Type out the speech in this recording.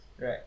Right